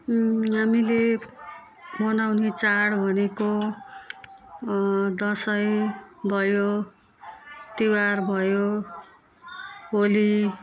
हामीले मनाउने चाड भनेको दसैँ भयो त्योहार भयो होली